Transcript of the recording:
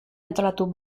antolatu